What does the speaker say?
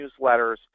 newsletters